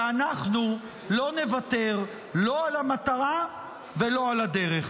ואנחנו לא נוותר לא על המטרה ולא על הדרך.